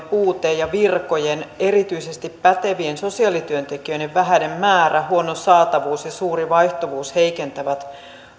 puute ja virkojen erityisesti pätevien sosiaalityöntekijöiden vähäinen määrä huono saatavuus ja suuri vaihtuvuus heikentävät